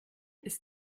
ist